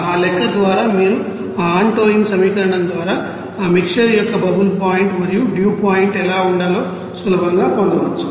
ఆ లెక్క ద్వారా మీరు ఆ ఆంటోయిన్ సమీకరణం ద్వారా ఆ మిక్సర్ యొక్క బబుల్ పాయింట్ మరియు డ్యూపాయింట్ ఎలా ఉండాలో సులభంగా పొందవచ్చు